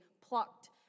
plucked